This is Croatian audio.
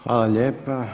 Hvala lijepa.